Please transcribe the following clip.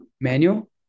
manual